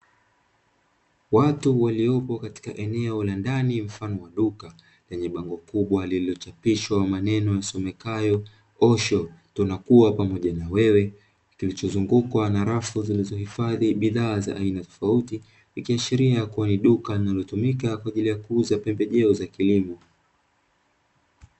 Watu waliopo katika eneo la ndani mfano wa duka lenye bango kubwa lililochapishwa maneno yasomekayo "osho tunakuwa pamoja na wewe", kilichozungukwa na rafu zilizohifadhi bidhaa za aina tofauti na ikiashiria kuwa ni duka linalotumika kwa ajili ya kuuza pembejeo za kilimo.